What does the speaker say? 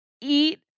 eat